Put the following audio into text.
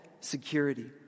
security